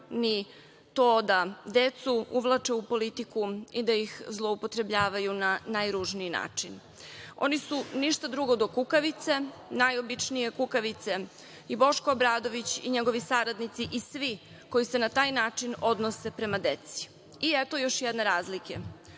ni to da decu uvlače u politiku i da ih zloupotrebljavaju na najružniji način. Oni su ništa drugo do kukavice, najobičnije kukavice i Boško Obradović i njegovi saradnici i svi koji se na taj način odnose prema deci i eto još jedne razlike.